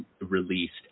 released